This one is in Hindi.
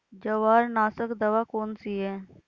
जवारनाशक दवा कौन सी है?